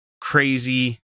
crazy